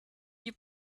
you